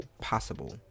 possible